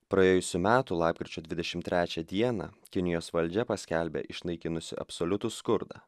praėjusių metų lapkričio dvidešimt trečią dieną kinijos valdžia paskelbė išnaikinusi absoliutų skurdą